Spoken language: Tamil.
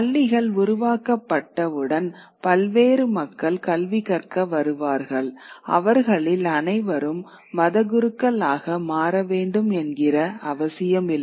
பள்ளிகள் உருவாக்கப்பட்டவுடன் பல்வேறு மக்கள் கல்வி கற்க வருவார்கள் அவர்களில் அனைவரும் மதகுருக்கள் ஆக மாற வேண்டும் என்கிற அவசியமில்லை